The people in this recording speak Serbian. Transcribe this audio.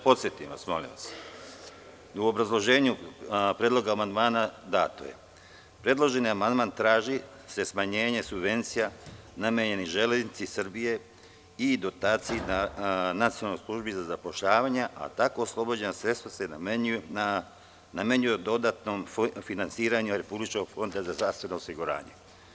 Podsetiću vas, u obrazloženju Predloga amandmana, a predloženi amandman traži smanjenje subvencija koje su namenjene „Železnici“ Srbije i dotaciji Nacionalnoj službi za zapošljavanje, a tako oslobođena sredstva se namenjuju dodatnom finansiranju Republičkog Fonda za zdravstveno osiguranje.